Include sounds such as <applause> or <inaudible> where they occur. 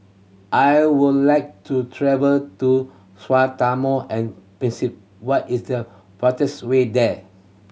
I would like to travel to <unintelligible> and Principe what is the fastest way there